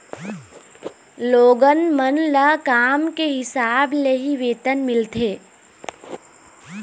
लोगन मन ल काम के हिसाब ले ही वेतन मिलथे